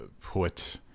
put